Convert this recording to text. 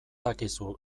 dakizu